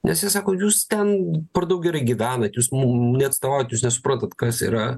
nes jie sako jūs ten per daug gerai gyvenat jūs mum neatstovaujat jūs nesuprantat kas yra